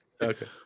Okay